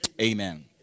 Amen